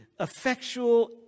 effectual